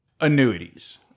Annuities